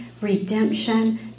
redemption